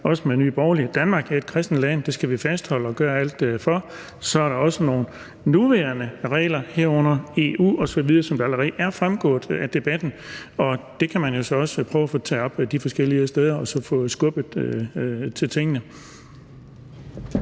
også Nye Borgerlige i – at Danmark er et kristent land, og at det skal vi fastholde og gøre alt for at bevare. Så er der også nogle nuværende regler, herunder EU-regler osv., som det allerede er fremgået af debatten, og dem kan man jo så også prøve at få taget op de forskellige steder og så få skubbet til tingene.